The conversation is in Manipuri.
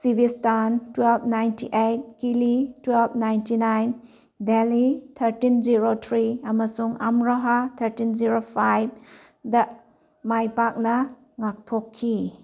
ꯁꯤꯕꯤꯁꯇꯥꯟ ꯇ꯭ꯋꯦꯜꯐ ꯅꯥꯏꯟꯇꯤ ꯑꯩꯠ ꯀꯤꯂꯤ twelve ninety nine Delhi thirteen zero three ꯑꯃꯁꯨꯡ ꯑꯝꯔꯣꯍꯥ ꯊꯥꯔꯇꯤꯟ ꯖꯤꯔꯣ ꯐꯥꯏꯕꯗ ꯃꯥꯏ ꯄꯥꯛꯅ ꯉꯥꯛꯊꯣꯛꯈꯤ